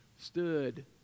stood